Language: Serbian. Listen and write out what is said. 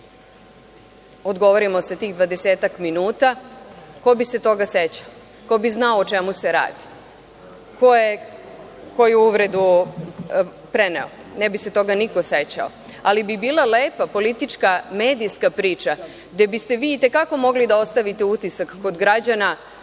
odgovorimo sa tih dvadesetak minuta, ko bi se toga sećao, ko bi znao o čemu se radi, ko je koju uvredu preneo – ne bi se toga niko sećao, ali bi bilo lepa politička, medijska priča gde biste vi itekako mogli da ostavite utisak kod građana